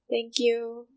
thank you